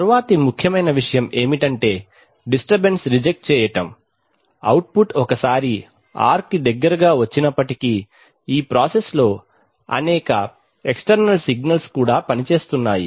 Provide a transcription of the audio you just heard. తరువాతి ముఖ్యమైన విషయం ఏమిటంటే డిస్టర్బెన్స్ రిజెక్ట్ చేయటం అవుట్పుట్ ఒకసారి 'r' కి దగ్గరగా వచ్చినప్పటికీ ఈ ప్రాసెస్ లో అనేక ఎక్ష్టెర్నల్ సిగ్నల్స్ కూడా పనిచేస్తున్నాయి